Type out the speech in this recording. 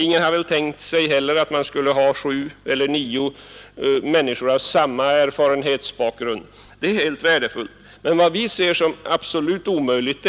Ingen har väl heller tänkt sig att man skulle ha sju eller nio ledamöter med samma erfarenhetsbakgrund. Men vi betraktar det som helt omöjligt